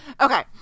Okay